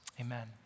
amen